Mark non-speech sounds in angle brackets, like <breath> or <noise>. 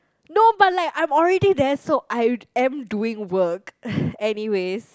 no but like I'm already there so I am doing work <breath> anyways